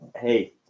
hey